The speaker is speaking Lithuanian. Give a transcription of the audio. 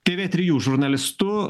tv trijų žurnalistu